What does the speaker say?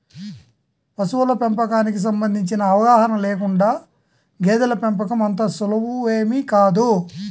పశువుల పెంపకానికి సంబంధించిన అవగాహన లేకుండా గేదెల పెంపకం అంత సులువేమీ కాదు